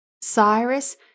Cyrus